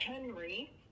henry